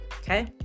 Okay